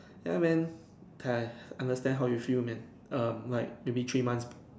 ya man ca~ I understand how you feel man um like maybe three months